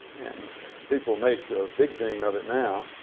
and people make a big thing of it now,